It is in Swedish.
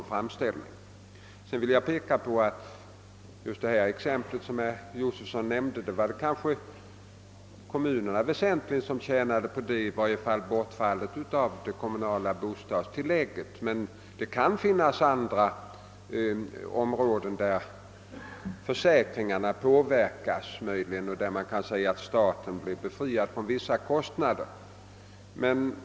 Jag vill peka på att i just det exempel herr Josefsson anförde var det kanske kommunerna som tjänade mest — i varje fall i fråga om bortfallet av det kommunala bostadstillägget. Men det kan finnas andra områden där försäkringarna möjligen påverkas och där man kan säga att staten befrias från vissa kostnader.